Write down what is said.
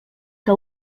que